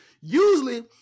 usually